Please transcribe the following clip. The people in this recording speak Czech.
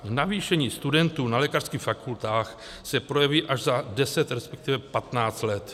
Navýšení studentů na lékařských fakultách se projeví až za 10, resp. 15 let.